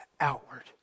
outward